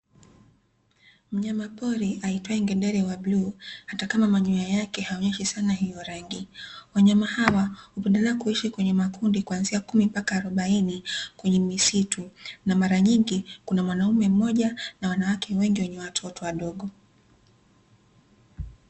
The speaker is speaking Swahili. Mnyama pori aitwaye ngedere wa bluu, hata kama manyoya yake hayaonyeshi sana hiyo rangi. Wanyama hawa hupendelea kuishi kwenye makundi kuanzia kumi mpaka arobaini kwenye misitu. Na mara nyingi kuna mwanaume mmoja, na wanawake wengi wenye watoto.